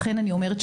לכן אני אומרת,